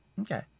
okay